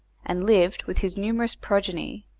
and lived, with his numerous progeny,